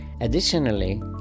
Additionally